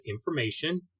information